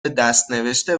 دستنوشته